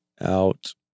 out